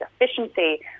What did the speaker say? efficiency